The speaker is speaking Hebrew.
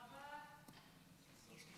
ההצעה להעביר את